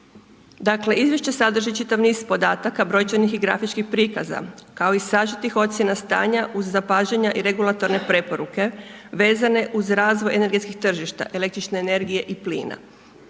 Dakle, izvješće sadrži čitav niz podataka, brojčanih i grafičkih prikaza, kao i sažetih ocjena stanja uz zapažanja i regulatorne preporuke, vezane uz razvoj energetskog tržišta, električne energije i plina.